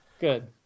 Good